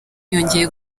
yongeye